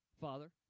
Father